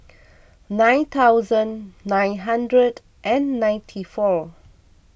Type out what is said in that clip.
nine thousand nine hundred and ninety four